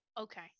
Okay